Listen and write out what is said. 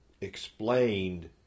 explained